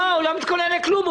הוא לא מתכונן לכלום.